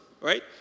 right